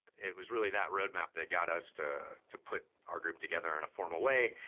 it was really that road map that got us to to put our group together in a formal way.